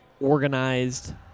organized